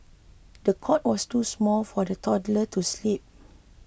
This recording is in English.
the cot was too small for the toddler to sleep